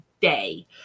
day